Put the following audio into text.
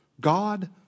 God